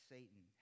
Satan